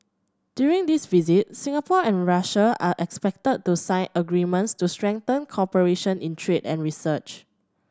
during this visit Singapore and Russia are expected to sign agreements to strengthen cooperation in trade and research